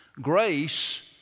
grace